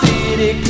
City